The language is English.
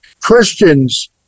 Christians